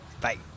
Bye